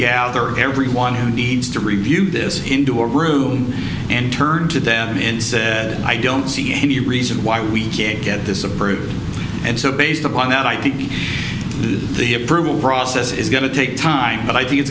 gather everyone who needs to review this into a room and turned to them in said i don't see any reason why we can't get this approved and so based upon that i think the approval process is going to take time but i think it's